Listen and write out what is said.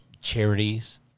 charities